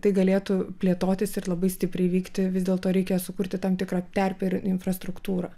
tai galėtų plėtotis ir labai stipriai vykti vis dėlto reikia sukurti tam tikrą terpę ir infrastruktūrą